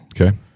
Okay